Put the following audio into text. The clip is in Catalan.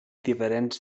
diferents